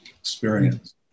experience